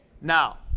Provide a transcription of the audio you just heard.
Now